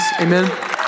Amen